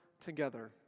together